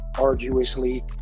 arduously